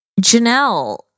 Janelle